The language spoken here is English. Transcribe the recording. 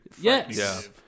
Yes